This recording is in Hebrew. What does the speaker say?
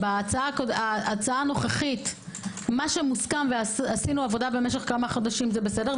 שבהצעה הנוכחית מה שמוסכם ועשינו עבודה כמה חודשים זה בסדר,